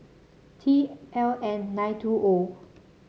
T L N nine two O